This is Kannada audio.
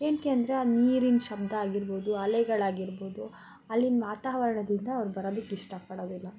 ಏನಕ್ಕೆ ಅಂದರೆ ಆ ನೀರಿನ ಶಬ್ದ ಆಗಿರ್ಬೋದು ಅಲೆಗಳಾಗಿರ್ಬೋದು ಅಲ್ಲಿನ ವಾತಾವರಣದಿಂದ ಅವ್ರು ಬರೋದಕ್ಕಿಷ್ಟಪಡೋದಿಲ್ಲ